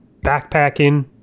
backpacking